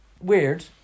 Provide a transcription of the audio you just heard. Weird